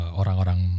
orang-orang